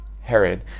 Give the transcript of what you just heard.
Herod